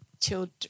children